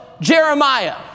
Jeremiah